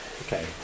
Okay